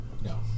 No